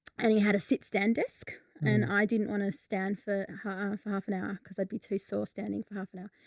and he had a sit stand desk and i didn't want to stand for half a half an hour because i'd be too sore standing for half an hour.